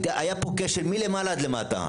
היה פה כשל מלמעלה עד למטה.